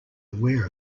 aware